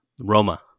Roma